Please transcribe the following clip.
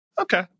okay